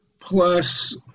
plus